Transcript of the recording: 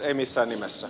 ei missään nimessä